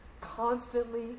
constantly